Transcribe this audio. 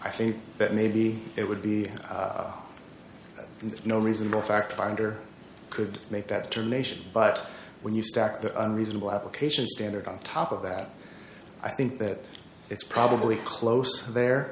i think that maybe it would be no reasonable fact finder could make that determination but when you stack the un reasonable application standard on top of that i think that it's probably close to there